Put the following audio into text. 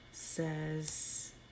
says